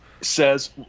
says